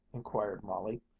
inquired molly,